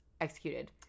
executed